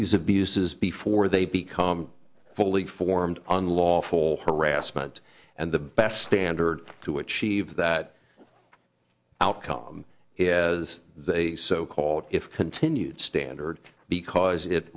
these abuses before they become fully formed unlawful harassment and the best standard to achieve that outcome is a so called if continued standard because it